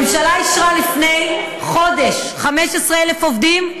הממשלה אישרה לפני חודש 15,000 עובדים,